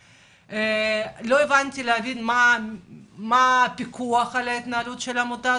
לא יכולתי להגיד מה הפיקוח על התנהלות העמותה?